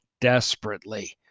desperately